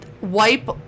wipe